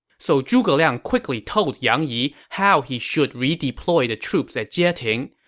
so zhuge liang quickly told yang yi how he should redeploy the troops at jieting,